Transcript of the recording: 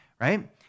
right